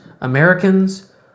Americans